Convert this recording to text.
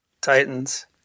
Titans